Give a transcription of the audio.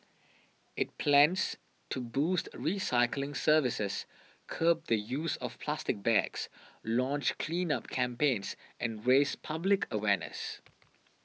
it plans to boost recycling services curb the use of plastic bags launch cleanup campaigns and raise public awareness